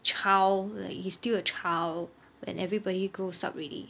child like he's still a child when everybody grows up already